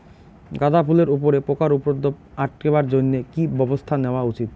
গাঁদা ফুলের উপরে পোকার উপদ্রব আটকেবার জইন্যে কি ব্যবস্থা নেওয়া উচিৎ?